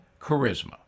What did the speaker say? charisma